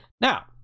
now